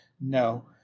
No